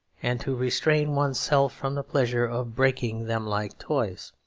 and to restrain oneself from the pleasure of breaking them like toys.